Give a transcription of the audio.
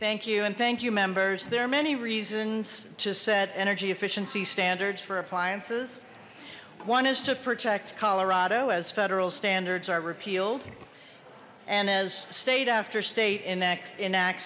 thank you and thank you members there are many reasons to set energy efficiency standards for appliances one is to protect colorado as federal standards are repealed and as state after state enacts enact